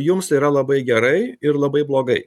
jums yra labai gerai ir labai blogai